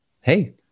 hey